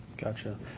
Gotcha